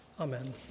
Amen